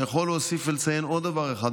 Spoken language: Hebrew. אני יכול להוסיף ולציין עוד דבר אחד,